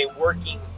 working